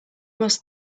must